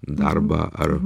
darbą ar